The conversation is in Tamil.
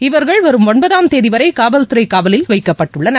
இவர்கள் வரும் ஒன்பதாம் தேதிவரை காவல்துறை காவலில் வைக்கப்பட்டுள்ளனர்